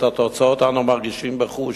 ואת התוצאות אנו מרגישים בחוש.